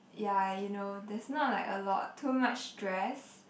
yeah you know there's not like a lot too much stress